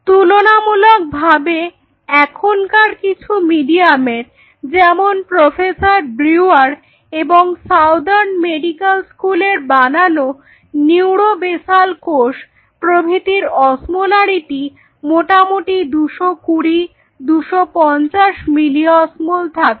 তুলনামূলকভাবে এখনকার কিছু মিডিয়ামের যেমন প্রফেসর ব্রিউয়ার এবং সাউদার্ন মেডিক্যাল স্কুলের Refer Time 1809 বানানো নিউরো বেসাল কোষ প্রভৃতির অসমোলারিটি মোটামুটি 220 250 মিলি অস্মল থাকে